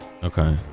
Okay